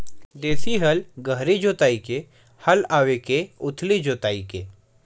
देशी हल गहरी जोताई के हल आवे के उथली जोताई के?